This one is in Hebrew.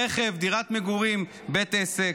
רכב, דירת מגורים, בית עסק,